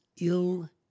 Ill